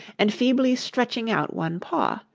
and feebly stretching out one paw,